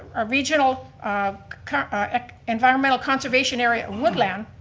a regional environment conservation area woodland,